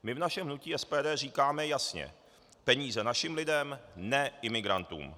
My v našem hnutí SPD říkáme jasně: peníze našim lidem, ne imigrantům.